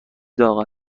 داغ